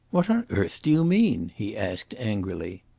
what on earth do you mean? he asked angrily.